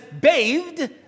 bathed